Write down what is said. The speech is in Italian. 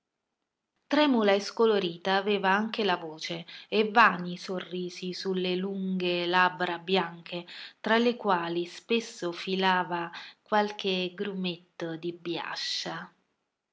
tremula e scolorita aveva anche la voce e vani i sorrisi su le lunghe labbra bianche tra le quali spesso filava qualche grumetto di